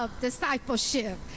discipleship